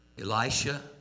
Elisha